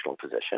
position